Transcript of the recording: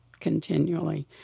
continually